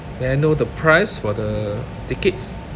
may I know the price for the tickets